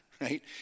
right